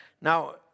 Now